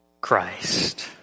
Christ